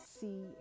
see